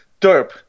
derp